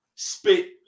spit